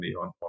on